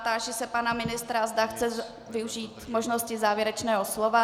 Táži se pana ministra, zda chce využít možnosti závěrečného slova.